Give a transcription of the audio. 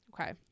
Okay